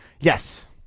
Yes